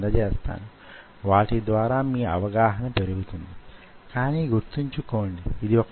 మీకు కావలసిన దాన్ని మీరు ఎలాగైనా మార్చుకుంటూ పోవచ్చు